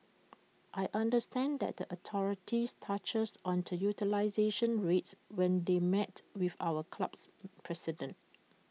I understand that the authorities touched on utilisation rates when they met with our club's president